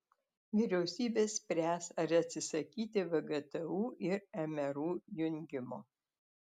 vyriausybė spręs ar atsisakyti vgtu ir mru jungimo